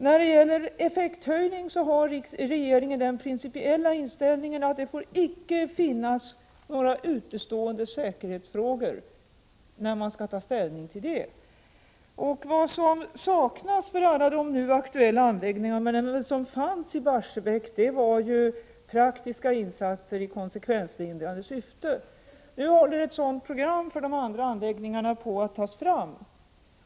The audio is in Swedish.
När det gäller effekthöjning har regeringen den principiella inställningen att det icke får finnas några utestående säkerhetsfrågor när vi skall ta ställning. Vad som saknas för alla de nu aktuella anläggningarna men som fanns i Barsebäck var praktiska insatser i konsekvenslindrande syfte. Ett sådant program för de andra anläggningarna håller nu på att tas fram.